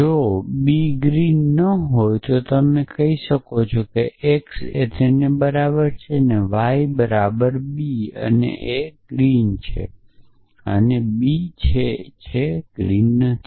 જો b green ન હોય તો તમે કહી શકો કે x એ બરાબર છે અને y બરાબર b અને એ ગ્રીન છે અને b ગ્રીન નથી